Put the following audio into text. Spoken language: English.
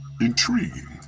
Intriguing